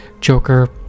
Joker